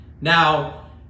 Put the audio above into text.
Now